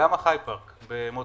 גם החי-פארק במוצקין.